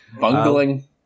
Bungling